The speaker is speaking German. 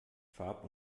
farb